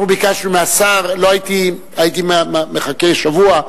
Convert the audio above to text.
הייתי מחכה שבוע,